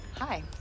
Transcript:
Hi